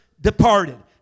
departed